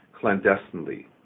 clandestinely